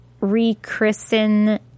rechristen